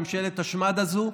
ממשלת השמד הזו,